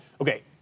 Okay